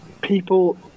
people